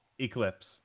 Eclipse